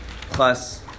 Plus